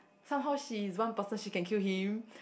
somehow she is one person she can kill him